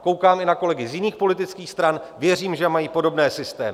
Koukám i na kolegy z jiných politických stran, věřím, že mají podobné systémy.